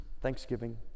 thanksgiving